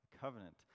covenant